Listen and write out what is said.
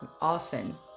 often